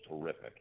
terrific